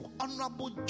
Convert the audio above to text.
honorable